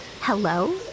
hello